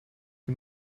wie